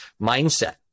mindset